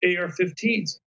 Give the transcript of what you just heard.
AR-15s